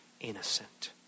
innocent